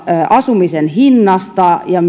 asumisen hinnasta ja